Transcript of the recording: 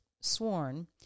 sworn